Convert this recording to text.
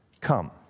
come